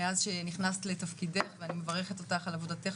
מאז שנכנסת לתפקידך ואני מברכת אותך על עבודתך